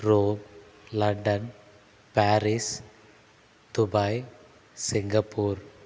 Rome London Paris Dubai Singapore